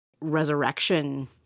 resurrection